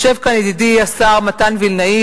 יושב כאן ידידי השר מתן וילנאי,